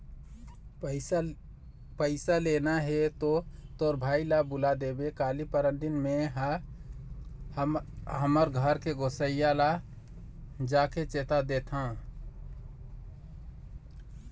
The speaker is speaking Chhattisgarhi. पइसा लेना हे तो तोर भाई ल बुला देबे काली, परनदिन में हा हमर घर के गोसइया ल जाके चेता देथव